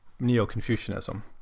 neo-confucianism